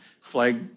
flag